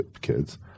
kids